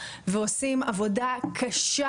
ועושים עבודה קשה,